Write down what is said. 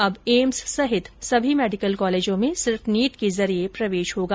अब एम्स सहित सभी मेडिकल कॉलेजों में सिर्फ नीट के जरिये प्रवेश होगा